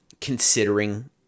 considering